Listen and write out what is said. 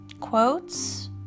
quotes